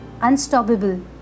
unstoppable